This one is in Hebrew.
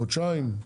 חודשיים?